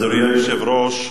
אדוני היושב-ראש,